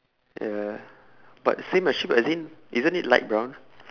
ya but same as sheep as in isn't it light brown